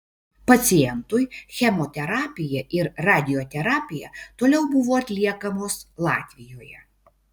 pacientui chemoterapija ir radioterapija toliau buvo atliekamos latvijoje